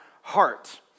heart